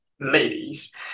ladies